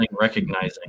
recognizing